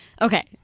Okay